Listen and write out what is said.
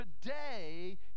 today